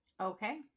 Okay